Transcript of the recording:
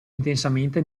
intensamente